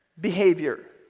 behavior